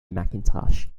macintosh